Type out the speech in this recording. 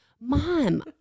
Mom